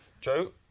Joe